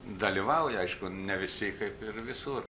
dalyvauja aišku ne visi kaip ir visur